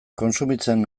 kontsumitzen